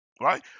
Right